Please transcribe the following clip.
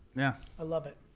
yeah. i love it.